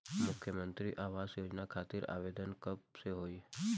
मुख्यमंत्री आवास योजना खातिर आवेदन कब से होई?